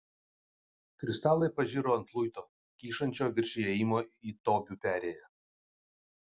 kristalai pažiro ant luito kyšančio virš įėjimo į tobių perėją